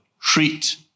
treat